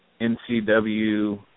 NCW